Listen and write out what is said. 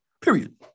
Period